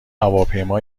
هواپیما